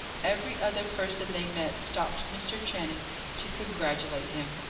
every other person they met, stopped mr. channing to congratulate him.